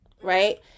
right